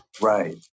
right